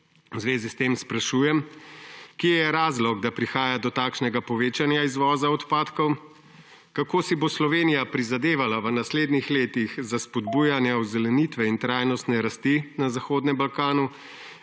v zvezi s tem sprašujem: Kje je razlog, da prihaja do takšnega povečanja izvoza odpadkov? Kako si bo Slovenija prizadevala v naslednjih letih za spodbujanje ozelenitve in trajnostne rasti na Zahodnem Balkanu?